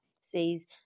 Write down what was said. says